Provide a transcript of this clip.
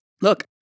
look